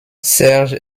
serge